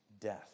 death